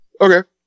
Okay